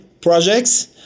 projects